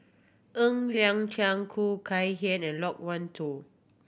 Ng Liang Chiang Khoo Kay Hian and Loke Wan Tho